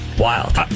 wild